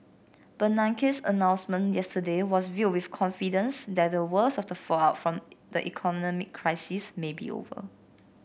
Bernanke's announcement yesterday was viewed with confidence that the worst of the fallout from the economic crisis may be over